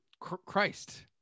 christ